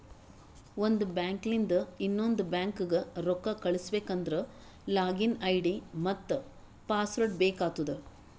ಒಂದ್ ಬ್ಯಾಂಕ್ಲಿಂದ್ ಇನ್ನೊಂದು ಬ್ಯಾಂಕ್ಗ ರೊಕ್ಕಾ ಕಳುಸ್ಬೇಕ್ ಅಂದ್ರ ಲಾಗಿನ್ ಐ.ಡಿ ಮತ್ತ ಪಾಸ್ವರ್ಡ್ ಬೇಕ್ ಆತ್ತುದ್